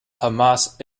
hamas